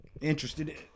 interested